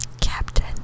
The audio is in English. captain